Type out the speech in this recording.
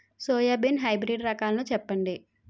Soybean hybrid రకాలను చెప్పండి?